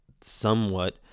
somewhat